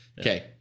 okay